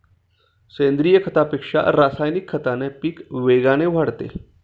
सेंद्रीय खतापेक्षा रासायनिक खताने पीक वेगाने वाढते